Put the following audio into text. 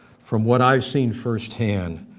from what i've seen firsthand,